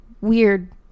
weird